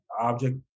object